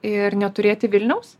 ir neturėti vilniaus